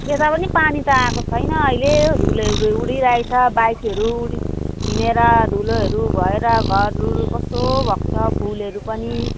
यता पनि पानी त आएको छैन अहिले धुलोहरू उडिरहेछ बाइकहरू उडि हिँडेर धुलोहरू भएर घरहरू कस्तो भएको छ फुलहरू पनि